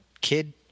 kid